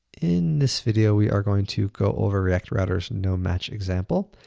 in this video, we are going to go over react router's no-match example,